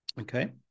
okay